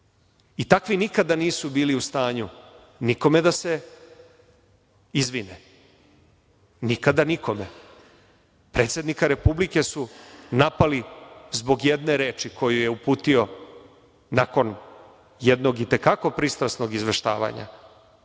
Takvi nikada nisu bili u stanju nikome da se izvine. Nikada nikome. Predsednika republike su napali zbog jedne reči koju je uputio nakon jednog i te kako pristrasnog izveštavanja.